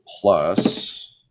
plus